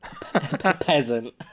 Peasant